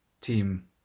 team